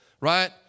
right